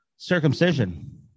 circumcision